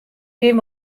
kin